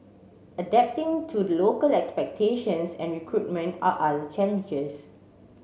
adapting to the local expectations and recruitment are other challenges